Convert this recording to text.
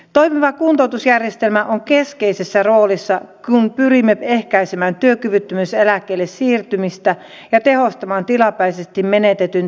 toimiva kuntoutusjärjestelmä on keskeisessä roolissa kun pyrimme ehkäisemään työkyvyttömyyseläkkeelle siirtymistä ja tehostamaan tilapäisesti menetetyn työkyvyn palauttamista